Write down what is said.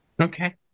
Okay